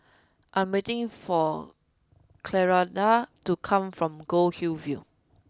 I am waiting for Clarinda to come from Goldhill View